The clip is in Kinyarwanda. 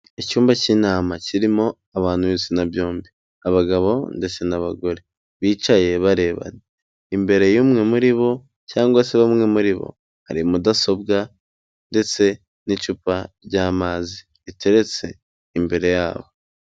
Icyumba cy'inama kirimo abantu b'ibitsina byombi, abagabo ndetse n'abagore bicaye barebana, imbere y'umwe muri bo cyangwa se bamwe muri bo hari mudasobwa ndetse n'icupa ry'amazi, riteretse imbere yabo.